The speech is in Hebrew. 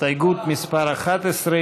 הסתייגות מס' 11,